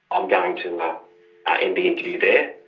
i'm going to end the interview there.